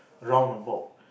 roundabout